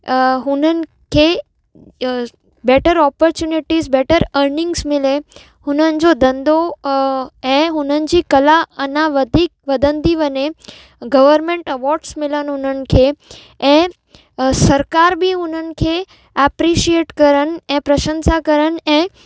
हुननि खे better opportunities better earnings मिले हुननि जो धंधो ऐं हुनन जी कला अना वधीक वधंदी वञे गवरमेंट अवॉड्स मिलनि उन्हनि खे ऐं सरकार बि उन्हनि खे एप्रिशिएट कनि ऐं प्रशंसा कनि ऐं